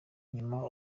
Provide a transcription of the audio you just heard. nyuma